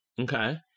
Okay